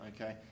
Okay